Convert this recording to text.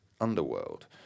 underworld